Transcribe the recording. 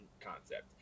concept